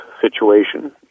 situation